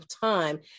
time